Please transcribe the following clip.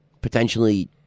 potentially